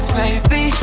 baby